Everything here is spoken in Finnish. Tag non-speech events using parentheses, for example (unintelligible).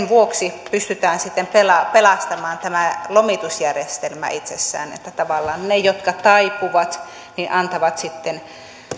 (unintelligible) vuoksi pystytään sitten pelastamaan tämä lomitusjärjestelmä itsessään että tavallaan ne jotka taipuvat antavat sitten